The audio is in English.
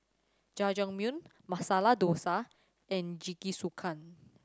Jajangmyeon Masala Dosa and Jingisukan